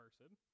person